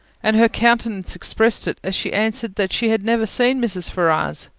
and her countenance expressed it, as she answered that she had never seen mrs. ferrars.